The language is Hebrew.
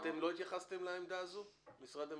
אתם לא התייחסתם לעמדה הזו של המשטרה?